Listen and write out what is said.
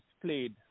played